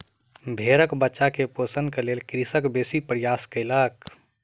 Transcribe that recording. भेड़क बच्चा के पोषण के लेल कृषक बेसी प्रयास कयलक